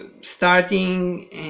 starting